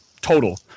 total